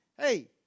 hey